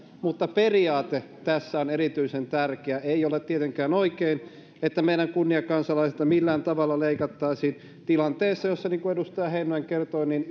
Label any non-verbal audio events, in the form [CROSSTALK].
mutta periaate tässä on erityisen tärkeä ei ole tietenkään oikein että meidän kunniakansalaisiltamme millään tavalla leikattaisiin tilanteessa jossa niin kuin edustaja heinonen kertoi [UNINTELLIGIBLE]